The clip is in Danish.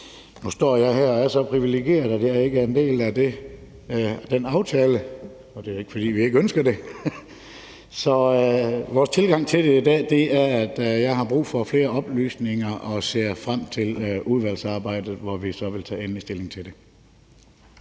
Nu står jeg her og er så privilegeret, at jeg ikke er en del af den aftale – og det er ikke, fordi vi ikke ønsker at være det – så vores tilgang til det i dag er, at vi har brug for flere oplysninger og ser frem til udvalgsarbejdet, hvor vi så vil tage endelig stilling til det.